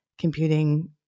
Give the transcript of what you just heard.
computing